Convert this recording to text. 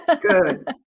good